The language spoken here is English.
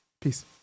Peace